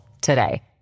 today